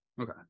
Okay